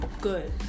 good